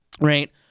right